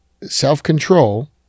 self-control